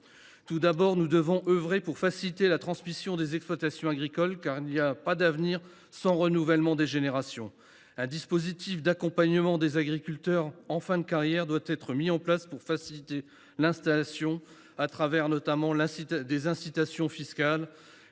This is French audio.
Premièrement, nous devons œuvrer à faciliter la transmission des exploitations agricoles, car il n’y a pas d’avenir sans renouvellement des générations. Un dispositif d’accompagnement des agriculteurs en fin de carrière doit être mis en place pour simplifier l’installation, notamment des incitations fiscales